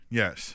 yes